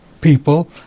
people